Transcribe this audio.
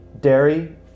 dairy